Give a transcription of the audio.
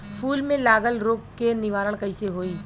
फूल में लागल रोग के निवारण कैसे होयी?